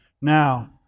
Now